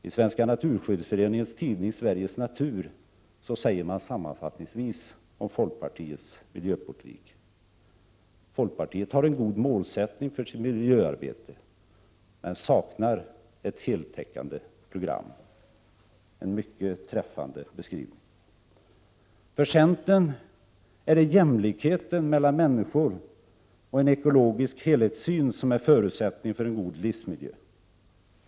I Svenska naturskyddsföreningens tidning Sveriges Natur sägs sammanfattningsvis om folkpartiets miljöpolitik: ”Folkpartiet har en god målsättning för sitt miljöarbete men saknar ett heltäckande program.” Det är en mycket träffande beskrivning. För centern är det jämlikheten mellan människor och en ekologisk helhetssyn som är förutsättningen för en god livsmiljö.